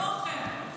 כמוכם.